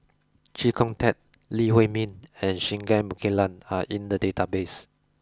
Chee Kong Tet Lee Huei Min and Singai Mukilan are in the database